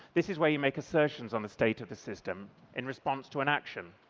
this is where you make assertions on the state of the system in response to an action.